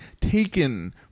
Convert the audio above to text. taken